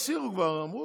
הסירו כבר, אמרו.